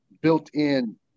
built-in